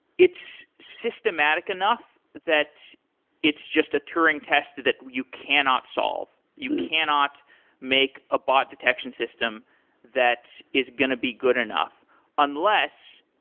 it's systematic enough that it's just a touring test that you cannot solve. you cannot make a bot detection system that is going to be good enough unless,